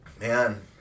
man